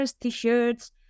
t-shirts